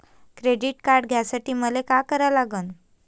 Credit card घ्यासाठी मले का करा लागन?